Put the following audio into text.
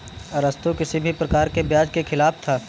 अरस्तु किसी भी प्रकार के ब्याज के खिलाफ था